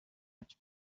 much